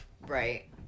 Right